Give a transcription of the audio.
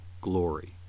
glory